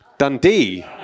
dundee